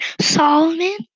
Solomon